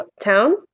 town